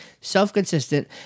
self-consistent